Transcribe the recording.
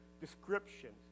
descriptions